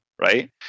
right